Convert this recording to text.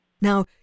Now